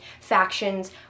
factions